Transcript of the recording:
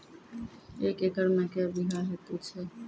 एक एकरऽ मे के बीघा हेतु छै?